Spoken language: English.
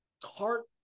cart